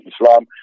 Islam